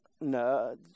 no